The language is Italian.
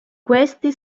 questi